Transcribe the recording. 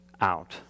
out